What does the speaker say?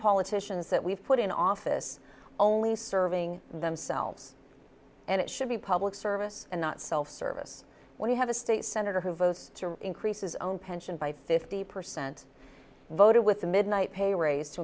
politicians that we've put in office only serving themselves and it should be public service and not self service when you have a state senator who votes to increase his own pension by fifty percent voted with the midnight pay raise to